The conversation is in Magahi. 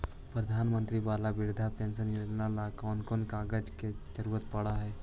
प्रधानमंत्री बाला बिधवा पेंसन योजना ल कोन कोन कागज के जरुरत पड़ है?